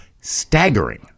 staggering